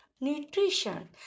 nutrition